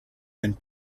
and